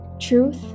truth